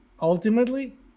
ultimately